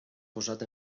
posat